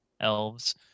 elves